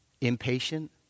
impatient